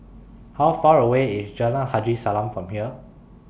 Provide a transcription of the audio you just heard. How Far away IS Jalan Haji Salam from here